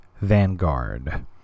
Vanguard